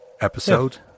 episode